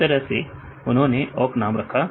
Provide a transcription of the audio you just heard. इस तरह से उन्होंने ओक नाम रखा